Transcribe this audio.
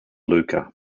luka